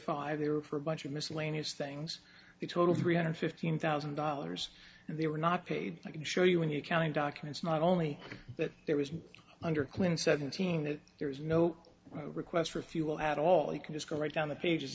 five they were for a bunch of miscellaneous things the total three hundred fifteen thousand dollars and they were not paid i can show you in the accounting documents not only that there was under clinton seventeen that there is no request for fuel at all you can just go right down the pages